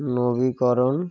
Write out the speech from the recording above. নবীকরণ